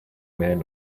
man